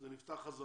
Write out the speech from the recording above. זה נפתח.